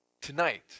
Tonight